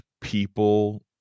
People